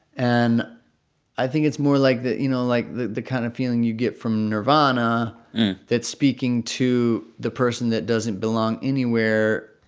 and i think it's more like the, you know, like the the kind of feeling you'd get from nirvana that's speaking to the person that doesn't belong anywhere.